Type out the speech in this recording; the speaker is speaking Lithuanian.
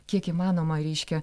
kiek įmanoma reiškia